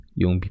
yung